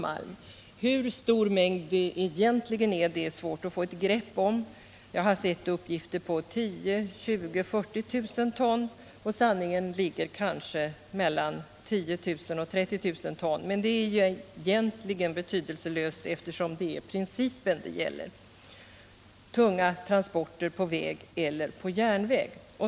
Hur stor mängd det egentligen gäller är svårt att få begrepp om. Jag har uppgifter om 10 000, 20 000 och 40 000 ton, och sanningen ligger kanske mellan 10 000 och 30 000 ton. Men det är egentligen betydelselöst, eftersom det är principen det gäller: tunga transporter på väg eller på järnväg.